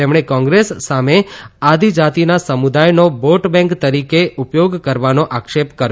તેમણે કોંગ્રેસ સામે આદિજાતીના સમુદાયનો વોટ બેંક તરીકે ઉપયોગ કરવાનો આક્ષેપ કર્યો હતો